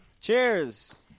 Cheers